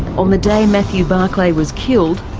on the day matthew barclay was killed,